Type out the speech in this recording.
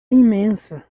imensa